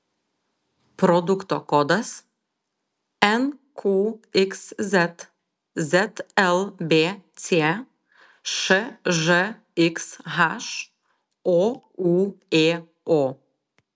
produkto kodas nqxz zlbc šžxh oūėo